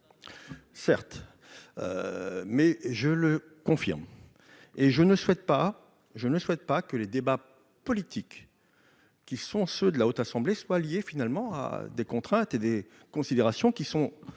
et je ne souhaite pas, je ne souhaite pas que les débats politiques qui sont ceux de la haute assemblée soit liée finalement à des contraintes et des considérations qui sont